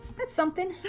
that's something